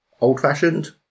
old-fashioned